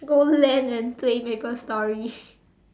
go LAN and play MapleStory